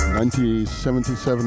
1977